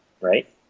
right